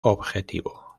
objetivo